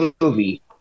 movie